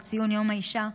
לציון יום האישה,